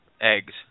eggs